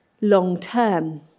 long-term